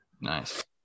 Nice